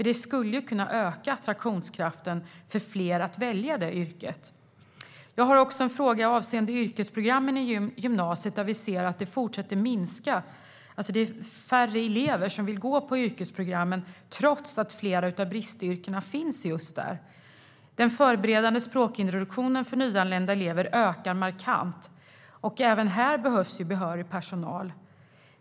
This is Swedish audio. Det skulle kunna öka attraktionskraften och få fler att välja detta yrke. Jag har också en fråga avseende yrkesprogrammen i gymnasiet. Vi ser att de fortsätter att minska. Det är alltså färre elever som vill gå yrkesprogrammen trots att flera av bristyrken finns just där. Den förberedande språkintroduktionen för nyanlända elever ökar markant, och även här behövs behörig personal.